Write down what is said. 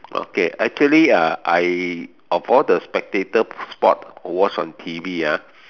okay actually uh I of all the spectator sport watch on T_V ah